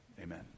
Amen